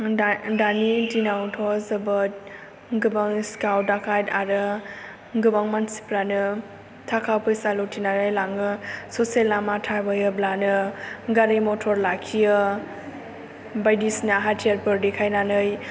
दानि दिनावथ' जोबोत गोबां सिखाव दाखायथ आरो गोबां मानसिफ्रानो थाखा फैसा लुथिनानै लांयो ससे लामा थाबायोब्लानो गारि मटर लाखियो बायदिसिना हाथियारफोर देखायनानै